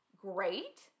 Great